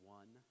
one